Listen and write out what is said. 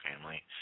family